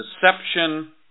deception